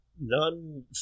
none